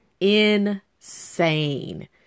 Insane